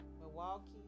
Milwaukee